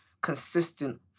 consistent